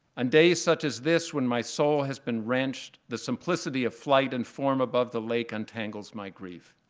on days such as this, when my soul has been wrenched, the simplicity of flight and form above the lake untangles my grief.